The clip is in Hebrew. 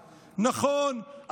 נכון,